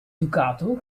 ducato